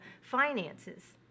finances